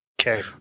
okay